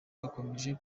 gakomeje